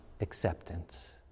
acceptance